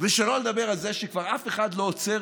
ושלא לדבר על זה שכבר אף אחד לא עוצר